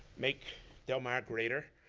make del mar greater